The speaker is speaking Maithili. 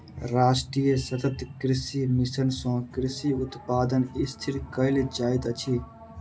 राष्ट्रीय सतत कृषि मिशन सँ कृषि उत्पादन स्थिर कयल जाइत अछि